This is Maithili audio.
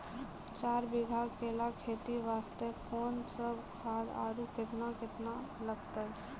चार बीघा केला खेती वास्ते कोंन सब खाद आरु केतना केतना लगतै?